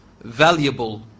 valuable